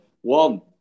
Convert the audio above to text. One